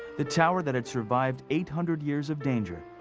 the tower that had survived eight hundred years of danger,